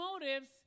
motives